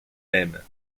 même